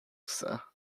sir